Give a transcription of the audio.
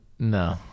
No